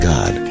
God